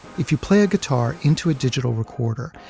if you play a guitar into a digital recorder,